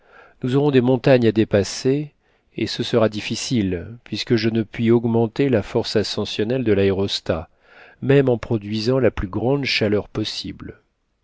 nous aurons des montagnes à dépasser et ce sera difficile puisque je ne puis augmenter la force ascensionnelle de l'aérostat même en produisant la plus grande chaleur possible